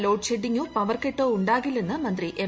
load ഷെഡ്സിങ്ങോ ൃഷ്വർകട്ടോ ഉണ്ടാകില്ലെന്ന് മന്ത്രി എം